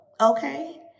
okay